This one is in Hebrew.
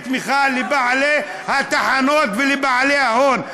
אתה בא ונותן תמיכה לבעלי התחנות ולבעלי ההון.